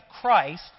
Christ